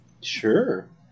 Sure